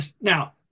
Now